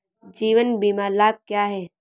जीवन बीमा लाभ क्या हैं?